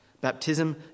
Baptism